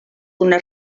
una